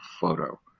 photo